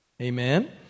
Amen